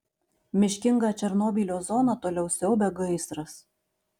miškingą černobylio zoną toliau siaubia gaisras